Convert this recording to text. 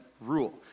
rule